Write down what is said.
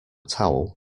towel